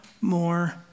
more